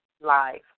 live